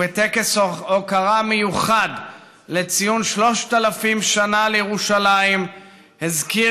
ובטקס הוקרה מיוחד לציון 3,000 שנה לירושלים הזכיר